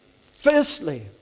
firstly